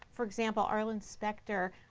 for example, aaron spector.